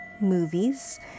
movies